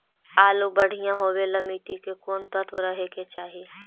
आलु बढ़िया होबे ल मट्टी में कोन तत्त्व रहे के चाही?